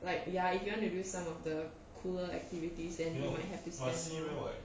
like ya if you want to do some of the cooler activities then you might have to spend lor